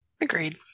Agreed